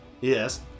yes